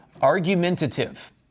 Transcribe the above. Argumentative